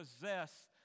possess